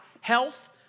Health